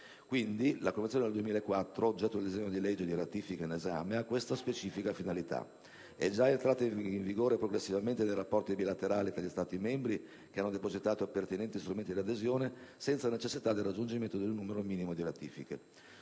1990. La Convenzione del 2004, oggetto del disegno di legge di ratifica in esame, ha tale precipua finalità. Essa è già entrata progressivamente in vigore nei rapporti bilaterali tra gli Stati membri che hanno depositato i pertinenti strumenti di adesione, senza necessità del raggiungimento di un numero minimo di ratifiche.